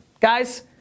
Guys